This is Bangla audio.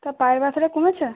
তা পায়ের ব্যথাটা কমেছে